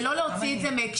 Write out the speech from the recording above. ולא להוציא את זה מהקשרו.